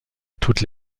toutes